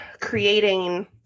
creating